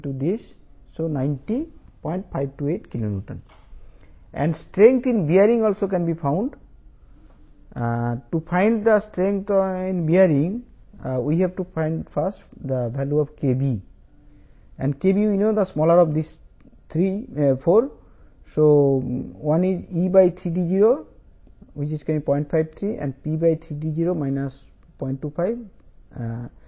3 IS 800 2007 bearing లో strength kb వీటిలో చిన్నది